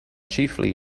chiefly